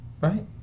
Right